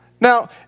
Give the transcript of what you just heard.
Now